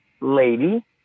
lady